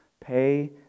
Pay